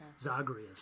Zagreus